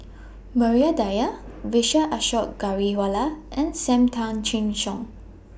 Maria Dyer Vijesh Ashok Ghariwala and SAM Tan Chin Siong